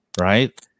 right